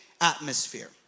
atmosphere